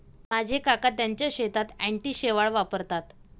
माझे काका त्यांच्या शेतात अँटी शेवाळ वापरतात